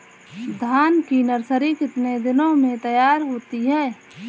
धान की नर्सरी कितने दिनों में तैयार होती है?